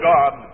God